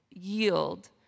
yield